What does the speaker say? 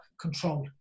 control